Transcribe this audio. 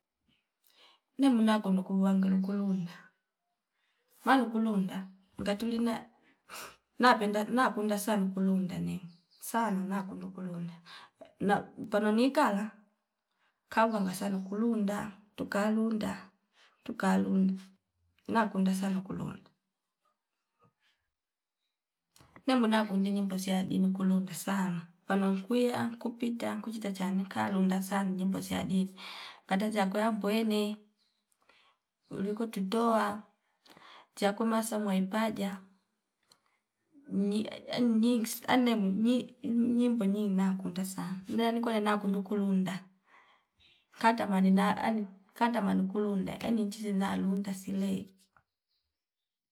Ne mwina kundu kuvanga lekulunda malu kulunda ngatu lina napenda napunda san nkukunda nemwi sana nana kulu kulunda na pano nikala kalwa masana kulunda tukalunda tukalunda na kunda sana kulunda. Ne mwina unene mbuzi ya dini kulunda sana pano nkiwa kupita kuchicha chanika lunda san nyimbo ziyadi kata ziya kwea mpwene uliku tutoa chakwe masaa mwaipaja ni enem nyi- nyimbo nyii nakunda saa naya ni kweyena kulu kulunda kata manina ani kata mani kulunde eni chizize na lunta silei